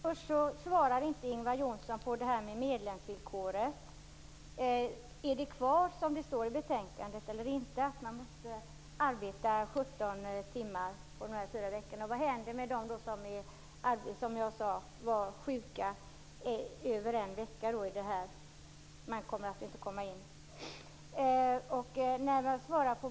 Herr talman! Ingvar Johnsson svarar inte på min fråga om medlemsvillkoret. Är det kvar som det står i betänkandet, att man måste arbeta 17 timmar under fyra veckor? Vad händer med dem som är sjuka mer än en vecka? De kommer alltså inte in.